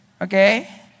Okay